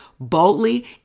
Boldly